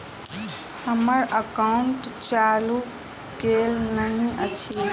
हम्मर एकाउंट चालू केल नहि अछि?